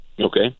okay